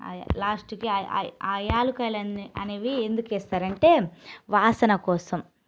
లాస్ట్కి ఆ ఆ యాలక్కాయలు అనేవి ఎందుకు వేస్తారు అంటే వాసన కోసం